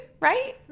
right